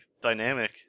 dynamic